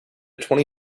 twenty